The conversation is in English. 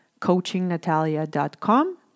coachingnatalia.com